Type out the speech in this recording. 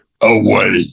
away